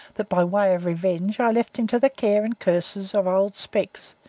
that, by way of revenge, i left him to the care and curses of old specs.